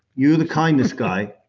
you're the kindness guy.